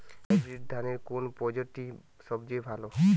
Hybrid ধানের কোন প্রজীতিটি সবথেকে ভালো?